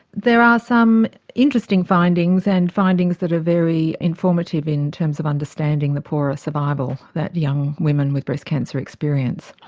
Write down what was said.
there are some interesting findings and findings that are very informative in terms of understanding the poorer survival that young women with breast cancer experience.